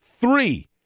Three